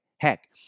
Heck